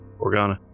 Organa